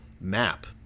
map